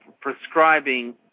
prescribing